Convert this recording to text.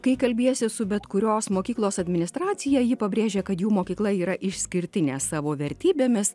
kai kalbiesi su bet kurios mokyklos administracija ji pabrėžia kad jų mokykla yra išskirtinė savo vertybėmis